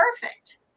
perfect